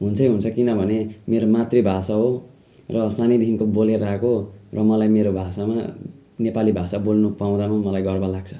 हुन्छै हुन्छ किनभने मेरो मातृभाषा हो र सानैदेखिको बोलेर आएको र मलाई मेरो भाषामा नेपाली भाषा बोल्नु पाउँदामा मलाई गर्व लाग्छ